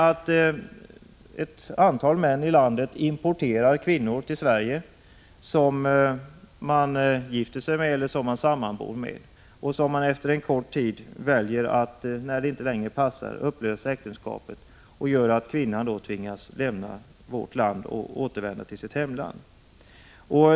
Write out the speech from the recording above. Ett antal män i landet ”importerar” kvinnor som de gifter sig med eller sammanbor med. Efter en kort tid, när det inte längre passar, väljer de att upplösa äktenskapet, och därmed tvingas kvinnan återvända till sitt hemland.